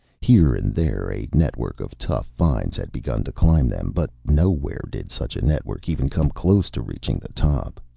here and there a network of tough vines had begun to climb them, but nowhere did such a network even come close to reaching the top.